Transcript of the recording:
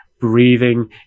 breathing